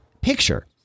picture